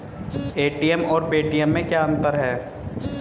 ATM और Paytm में क्या अंतर है?